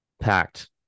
packed